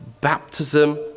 baptism